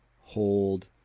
hold